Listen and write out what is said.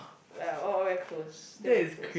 ya all all get close stay very close